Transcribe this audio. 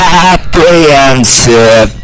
apprehensive